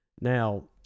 Now